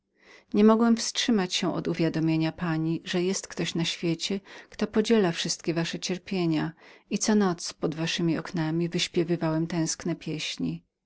nie mogłem wstrzymać się od uwiadomienia pani że był ktoś na świecie kto podzielał wszystkie wasze cierpienia i co noc pod waszemi oknami wyśpiewywałem tęskne pieśni